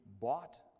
bought